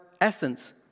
essence